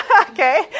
okay